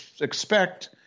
expect